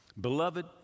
Beloved